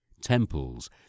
temples